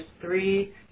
three